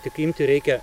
tik imti reikia